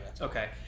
Okay